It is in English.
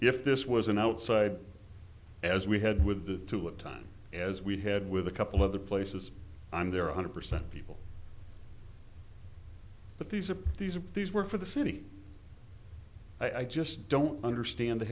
if this was an outside as we had with the two of time as we had with a couple other places i'm there a hundred percent people but these are these are these were for the city i just don't understand the